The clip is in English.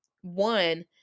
one